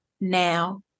now